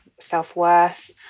self-worth